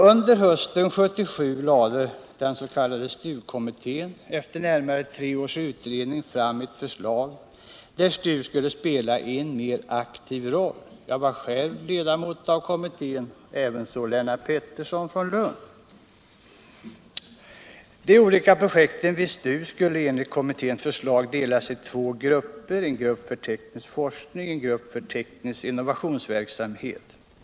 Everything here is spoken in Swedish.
Under hösten 1977 lade den s.k. STU-kommittén efter närmare tre års utredning fram ett förslag enligt vilket STU skulle spela en mer aktiv roll. Jag var själv ledamot av den kommittén, likaså Lennart Pettersson från Lund. De olika projekten vid STU skulle enligt kommitténs förslag delas i två grupper, en grupp för teknisk forskning och en grupp för teknisk innovationsverksamhet.